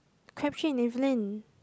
Crabtree and Evelyn